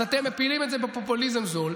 אז אתם מפילים את זה בפופוליזם זול.